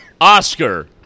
Oscar